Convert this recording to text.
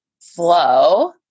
flow